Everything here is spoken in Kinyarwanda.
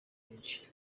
benshi